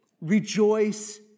Rejoice